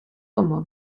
como